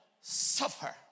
suffer